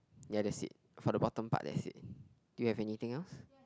ya that's it for the bottom part that's it do you have anything else